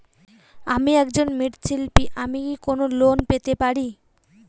আমি একজন মৃৎ শিল্পী আমি কি কোন লোন পেতে পারি?